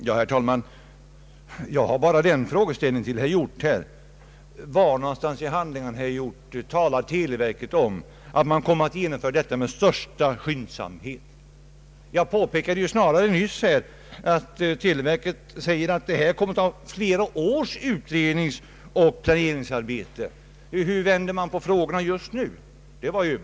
Herr talman! Jag har bara en fråga till herr Hjorth: Var någonstans i handlingarna talar televerket om att man kommer att genomföra detta med största skyndsamhet? Jag påpekade ju snarare nyss att televerket säger att detta kommer att kräva flera års utredningsoch planeringsarbete.